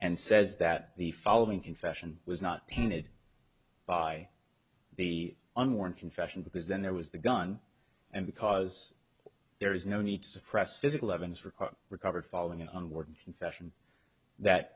and says that the following confession was not painted by the unworn confession because then there was the gun and because there is no need to suppress physical evidence for a recovered following onwards confession that